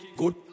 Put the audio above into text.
good